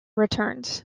returns